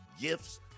gifts